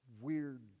weird